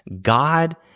God